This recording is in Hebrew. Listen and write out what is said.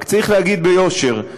רק צריך להגיד ביושר: